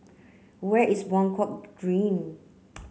where is Buangkok